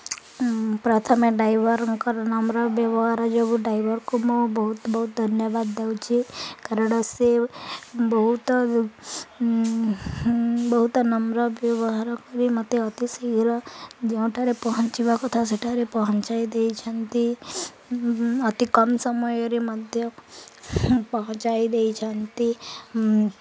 ପ୍ରଥମେ ଡ୍ରାଇଭର୍ଙ୍କର ନମ୍ର ବ୍ୟବହାର ଯୋଗୁଁ ଡ୍ରାଇଭର୍କୁ ମୁଁ ବହୁତ ବହୁତ ଧନ୍ୟବାଦ ଦେଉଛି କାରଣ ସେ ବହୁତ ବହୁତ ନମ୍ର ବ୍ୟବହାର କରି ମୋତେ ଅତି ଶୀଘ୍ର ଯେଉଁଠାରେ ପହଞ୍ଚିବା କଥା ସେଠାରେ ପହଞ୍ଚାଇ ଦେଇଛନ୍ତି ଅତି କମ୍ ସମୟରେ ମଧ୍ୟ ପହଞ୍ଚାଇ ଦେଇଛନ୍ତି